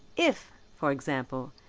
if, for example,